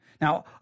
Now